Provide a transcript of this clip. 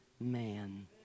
man